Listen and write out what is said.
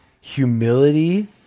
humility